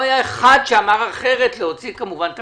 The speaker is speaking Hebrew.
לא היה אחד שאמר אחרת, להוציא את המשרד,